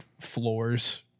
floors